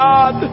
God